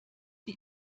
sie